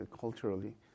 culturally